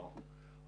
ברור.